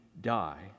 die